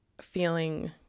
feeling